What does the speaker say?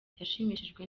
yashimishijwe